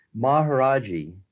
Maharaji